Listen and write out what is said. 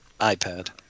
ipad